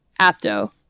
Apto